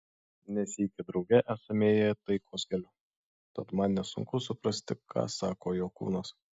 ne sykį drauge esame ėję taikos keliu tad man nesunku suprasti ką sako jo kūnas